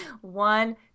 One